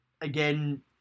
again